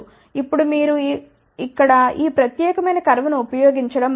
ఇప్పుడు మీరు ఇక్కడ ఈ ప్రత్యేకమైన కర్వ్ ను ఉపయోగించడం మంచిది